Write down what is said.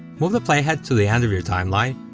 move the playhead to the end of your timeline,